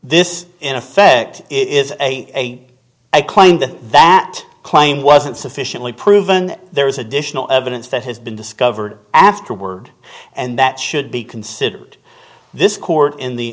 this in effect is a i claimed that claim wasn't sufficiently proven there is additional evidence that has been discovered afterward and that should be considered this court in the